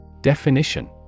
Definition